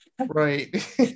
Right